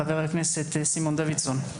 בבקשה, חבר הכנסת סימון דוידסון.